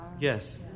Yes